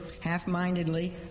half-mindedly